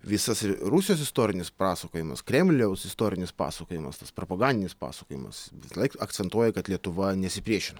visas rusijos istorinis pasakojimas kremliaus istorinis pasakojimas tas propagandinis pasakojimas visąlaik akcentuoja kad lietuva nesipriešino